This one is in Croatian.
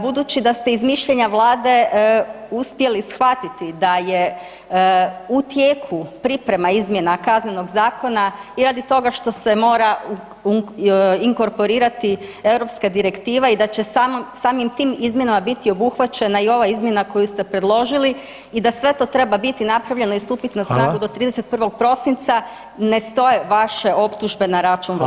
Budući da ste iz mišljenja vlade uspjeli shvatiti da je u tijeku priprema izmjena Kaznenog zakona i radi toga što se mora inkorporirati europska direktiva i da će samim tim izmjenama biti obuhvaćena i ova izmjena koju ste predložili i da sve to treba biti napravljeno i stupit na snagu [[Upadica: Hvala]] do 31. prosinca ne stoje vaše optužbe na račun vlade.